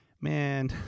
man